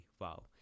Wow